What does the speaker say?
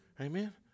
Amen